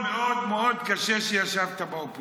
לקחת את זה מאוד מאוד מאוד קשה שישבת באופוזיציה.